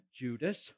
Judas